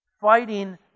fighting